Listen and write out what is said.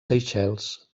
seychelles